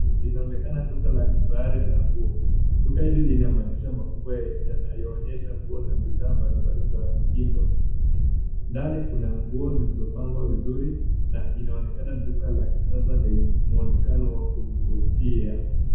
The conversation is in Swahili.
Linaonekana duka la kifahari la nguo. Duka hili lina madirisha makubwa yanayoonyesha nguo na bidhaa mbalimbali za mitindo. Ndani kuna nguo zilizopangwa vizuri na inaonekana ni duka la kisasa lenye mwonekano wa kuvutia.